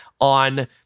on